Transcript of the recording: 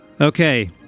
Okay